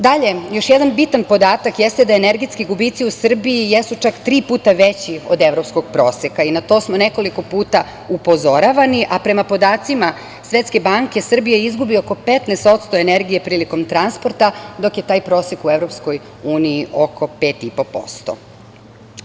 Dalje, još jedan bitan podatak jeste da energetski gubici u Srbiji jesu čak tri puta veći od evropskog proseka i na to smo nekoliko puta upozoravani, a prema podacima Svetske banke Srbija izgubi oko 15% energije prilikom transporta, dok je taj prosek u EU oko 5,5%